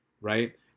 Right